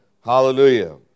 Hallelujah